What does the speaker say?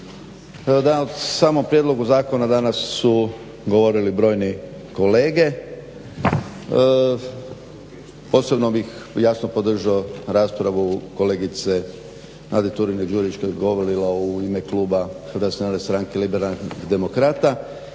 samom prijedlogu zakona danas su govorili brojne kolege. Posebno bih jasno podržao raspravu kolegice Nade Turine-Đurić koja je govorila u ime kluba HNS-a Liberalnih demokrata